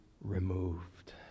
removed